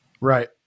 Right